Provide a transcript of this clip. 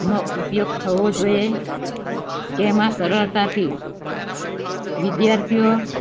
નો ઉપયોગ થવો જોઈએ કે એમાં સરળતાથી વિધ્યાર્થીઓ